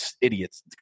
idiots